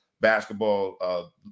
basketball